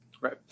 Right